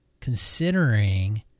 considering